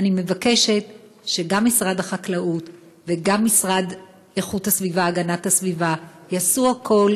אני מבקשת שגם משרד החקלאות וגם המשרד להגנת הסביבה יעשו הכול